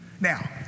Now